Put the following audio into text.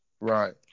Right